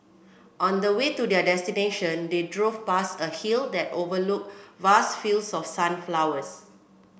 on the way to their destination they drove past a hill that overlooked vast fields of sunflowers